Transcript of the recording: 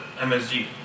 MSG